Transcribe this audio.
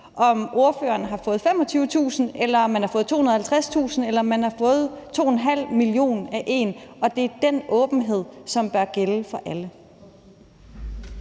om spørgeren har fået 25.000 kr., eller om man har fået 250.000 kr., eller om man har fået 2,5 mio. kr. af nogen. Og det er den åbenhed, som bør gælde for alle.